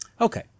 Okay